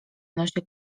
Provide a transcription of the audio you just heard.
nosie